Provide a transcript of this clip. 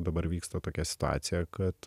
dabar vyksta tokia situacija kad